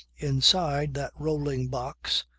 inside that rolling box,